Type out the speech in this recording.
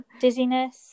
dizziness